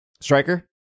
Striker